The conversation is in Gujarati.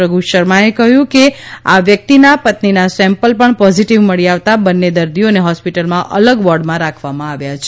રધુ શર્માએ કહ્યું કે આ વ્યક્તિના પત્નીના સેમ્પલ પણ પોઝિટિવ મળી આવતા બંને દર્દીઓને હોસ્પિટલમાં અલગ વોર્ડમાં રાખવામાં આવ્યા છે